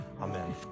Amen